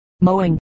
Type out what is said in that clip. mowing